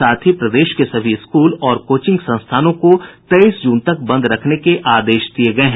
साथ ही प्रदेश के सभी स्कूल और कोचिंग संस्थानों को तेईस जून तक बंद रखने का आदेश दिया गया है